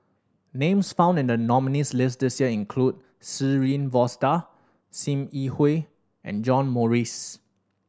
names found in the nominees' list this year include Shirin Fozdar Sim Yi Hui and John Morrice